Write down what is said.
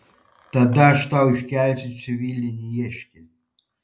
tada aš tau iškelsiu civilinį ieškinį